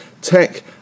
Tech